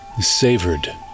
savored